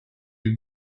ich